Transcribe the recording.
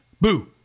Boo